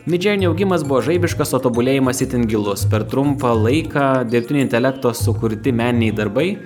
midjourney augimas buvo žaibiškas o tobulėjimas itin gilus per trumpą laiką dirbtinio intelekto sukurti meniniai darbai